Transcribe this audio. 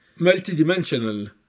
multidimensional